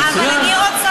גם טוב.